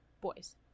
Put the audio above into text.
boys